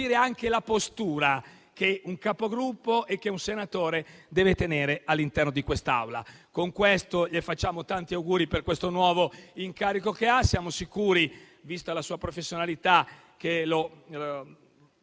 anche la postura che un Capogruppo e un senatore devono tenere all'interno di quest'Aula. Con questo, le facciamo tanti auguri per questo suo nuovo incarico. Siamo sicuri, vista la sua professionalità, che lo